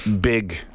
big